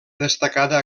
destacada